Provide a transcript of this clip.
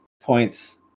points